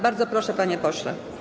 Bardzo proszę, panie pośle.